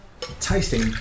Tasting